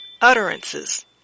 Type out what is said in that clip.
utterances